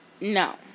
No